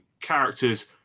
characters